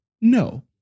no